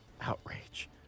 Outrage